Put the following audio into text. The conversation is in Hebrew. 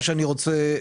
מה זאת אומרת?